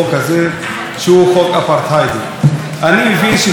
אני מבין ששני הכללים הקרדינליים ביותר